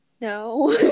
No